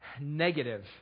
negative